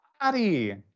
body